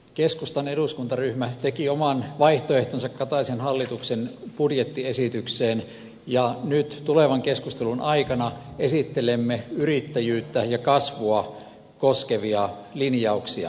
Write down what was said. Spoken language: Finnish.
keskustan eduskuntaryhmä teki oman vaihtoehtonsa kataisen hallituksen budjettiesitykselle ja nyt tulevan keskustelun aikana esittelemme yrittäjyyttä ja kasvua koskevia linjauksiamme